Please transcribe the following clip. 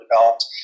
developed